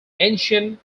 ancient